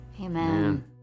Amen